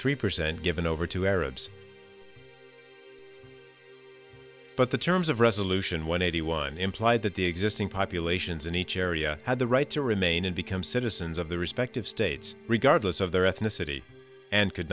three percent given over to arabs but the terms of resolution one eighty one implied that the existing populations in each area had the right to remain and become citizens of the respective states regardless of their ethnicity and could